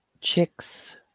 chicks